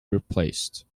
replaced